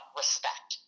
respect